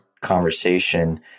conversation